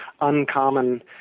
uncommon